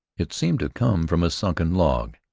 it seemed to come from a sunken log.